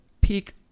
peak